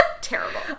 Terrible